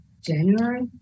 January